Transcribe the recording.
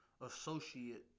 associate